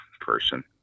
person